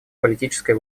политической